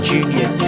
Junior